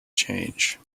change